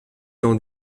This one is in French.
dans